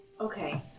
Okay